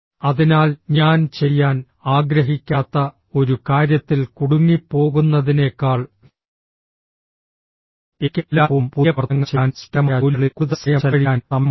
അതിനാൽഞാൻ ചെയ്യാൻ ആഗ്രഹിക്കാത്ത ഒരു കാര്യത്തിൽ കുടുങ്ങിപ്പോകുന്നതിനേക്കാൾ എനിക്ക് എല്ലായ്പ്പോഴും പുതിയ പ്രവർത്തനങ്ങൾ ചെയ്യാനും സൃഷ്ടിപരമായ ജോലികളിൽ കൂടുതൽ സമയം ചെലവഴിക്കാനും സമയമുണ്ടാകും